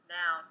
now